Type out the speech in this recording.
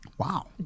wow